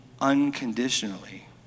unconditionally